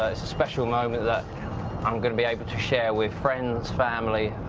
special moment that i'm going to be able to share with friends, family,